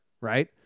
right